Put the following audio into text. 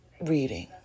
reading